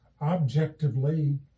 objectively